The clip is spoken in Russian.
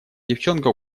девчонка